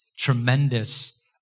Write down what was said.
tremendous